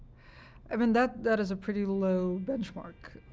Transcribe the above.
i mean, that that is a pretty low benchmark,